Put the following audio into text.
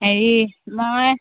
হেৰি মই